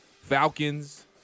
Falcons